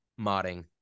modding